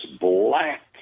black